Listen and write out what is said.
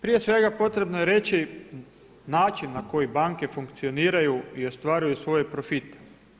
Prije svega potrebno je reći način na koji banke funkcioniraju i ostvaruju svoje profite.